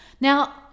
Now